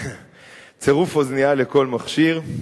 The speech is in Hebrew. צירוף אוזנייה לכל מכשיר,